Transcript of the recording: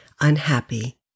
unhappy